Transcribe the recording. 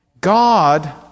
God